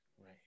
right